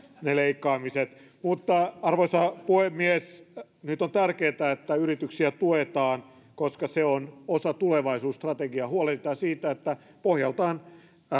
ne leikkaamiset mutta arvoisa puhemies nyt on tärkeää että yrityksiä tuetaan koska se on osa tulevaisuusstrategiaa huolehditaan siitä että pohjaltaan